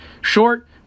Short